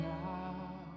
now